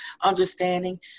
understanding